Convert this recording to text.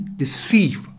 deceive